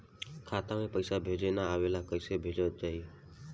खाता में पईसा भेजे ना आवेला कईसे भेजल जाई?